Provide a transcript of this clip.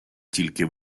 тільки